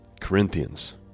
Corinthians